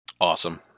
Awesome